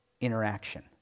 interaction